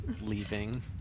leaving